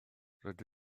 rydw